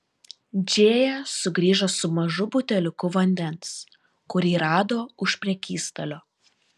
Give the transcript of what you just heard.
džėja sugrįžo su mažu buteliuku vandens kurį rado už prekystalio